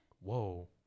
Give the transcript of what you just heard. Whoa